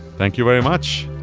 thank you very much.